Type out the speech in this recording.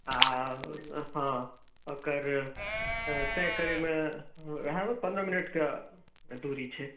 आ हँ ओकर तय करैमे उएह पन्द्रह मिनटके दूरी छै